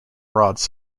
rods